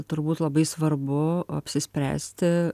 turbūt labai svarbu apsispręsti